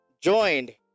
joined